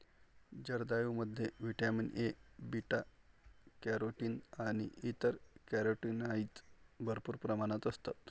जर्दाळूमध्ये vitamin A, beta carotene आणि इतर कॅरोटीनॉइड्स भरपूर प्रमाणात असतात